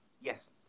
Yes